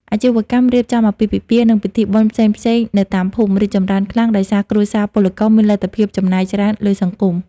អាជីវកម្ម "រៀបចំអាពាហ៍ពិពាហ៍" និងពិធីបុណ្យផ្សេងៗនៅតាមភូមិ រីកចម្រើនខ្លាំង ដោយសារគ្រួសារពលករមានលទ្ធភាពចំណាយច្រើនលើសង្គម។